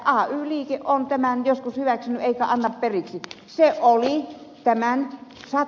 ay liike on tämän joskus hyväksynyt eikä anna periksi